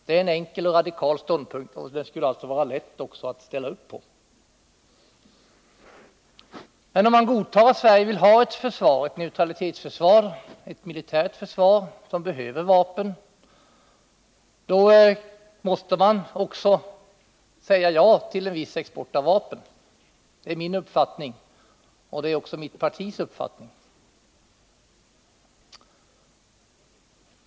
Det är en enkel och radikal ståndpunkt, och det skulle alltså vara lätt att ställa upp bakom den. Men om man nu godtar att Sverige vill ha ett neutralitetsförsvar, ett militärt försvar, som behöver vapen, måste man också säga ja till en viss export av vapen. Det är såväl min som mitt partis uppfattning.